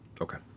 Okay